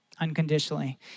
unconditionally